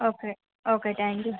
okay okay thank you